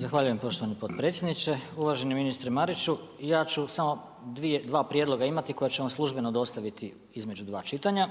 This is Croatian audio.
Zahvaljujem poštovani potpredsjedniče. Uvaženi ministre Mariću, ja ću samo 2 prijedloga imati koja ćemo službeno dostaviti između 2 čitanja.